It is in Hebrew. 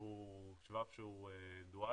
והוא שבב שהוא דואלי,